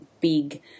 big